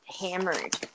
hammered